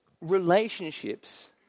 relationships